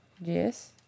Yes